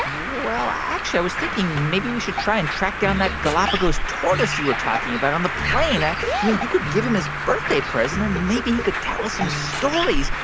ah well, actually, i was thinking maybe we should try and track down that galapagos tortoise you were talking about on the plane ah yeah you could give him his birthday present, and maybe he could tell us some stories.